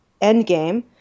Endgame